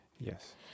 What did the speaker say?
Yes